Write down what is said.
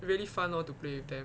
it's really fun orh to play with them